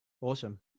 awesome